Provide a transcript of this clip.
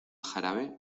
jarabe